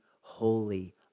holy